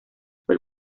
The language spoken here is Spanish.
fue